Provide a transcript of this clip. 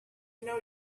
know